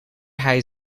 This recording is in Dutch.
hij